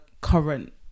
current